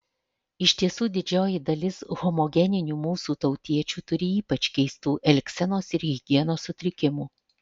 iš tiesų didžioji dalis homogeninių mūsų tautiečių turi ypač keistų elgsenos ir higienos sutrikimų